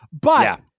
But-